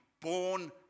born